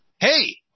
Hey